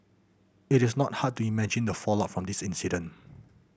it is not hard to imagine the fallout from this incident